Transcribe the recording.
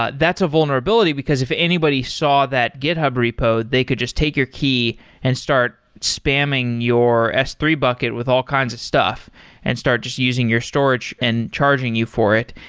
ah that's a vulnerability, because if anybody saw that github repo, they could just take your key and start spanning your s three bucket with all kinds of stuff and start just using your storage and charging you for it.